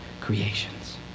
creations